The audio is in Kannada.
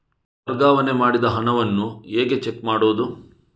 ವರ್ಗಾವಣೆ ಮಾಡಿದ ಹಣವನ್ನು ಹೇಗೆ ಚೆಕ್ ಮಾಡುವುದು?